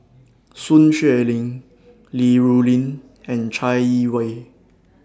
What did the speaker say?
Sun Xueling Li Rulin and Chai Yee Wei